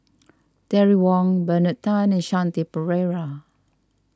Terry Wong Bernard Tan and Shanti Pereira